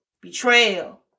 betrayal